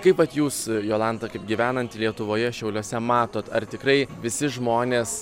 kaip vat jūs jolanta kaip gyvenanti lietuvoje šiauliuose matot ar tikrai visi žmonės